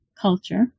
culture